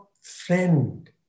friend